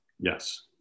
yes